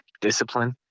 discipline